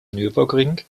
nürburgring